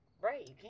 Right